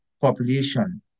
population